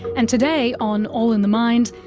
and today on all in the mind,